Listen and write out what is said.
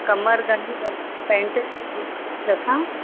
कमर घणी पैंट जी रखां